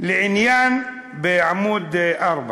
בעמוד 4: